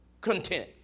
content